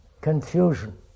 confusion